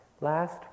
Last